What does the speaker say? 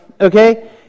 okay